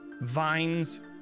vines